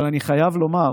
אבל אני חייב לומר